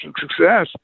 success